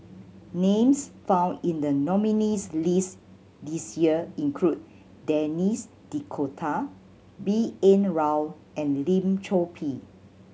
names found in the nominees' list this year include Denis D'Cotta B N Rao and Lim Chor Pee